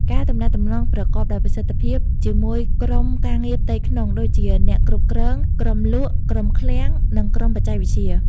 ការទំនាក់ទំនងប្រកបដោយប្រសិទ្ធភាពជាមួយក្រុមការងារផ្ទៃក្នុង ដូចជាអ្នកគ្រប់គ្រង ក្រុមលក់ ក្រុមឃ្លាំង និងក្រុមបច្ចេកវិទ្យា។